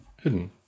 hidden